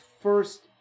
first